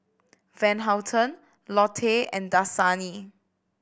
Van Houten Lotte and Dasani